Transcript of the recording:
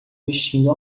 vestindo